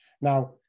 Now